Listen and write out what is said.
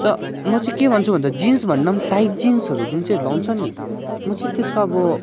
र म चाहिँ के भन्छु भन्दा जिन्स भन्दा पनि टाइट जिन्सहरू जुन चाहिँ लाउँछ नि म चाहिँ त्यसको अब